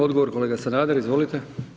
Odgovor kolega Sanader, izvolite.